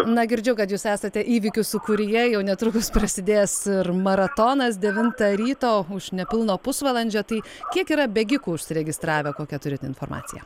na girdžiu kad jūs esate įvykių sūkuryje jau netrukus prasidės ir maratonas devintą ryto už nepilno pusvalandžio tai kiek yra bėgikų užsiregistravę kokią turit informaciją